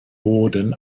boden